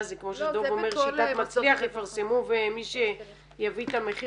מה זה כמו שדב אומר שיטת מצליח ויפרסמו ומי שיביא את המחיר